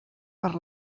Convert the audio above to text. per